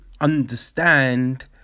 understand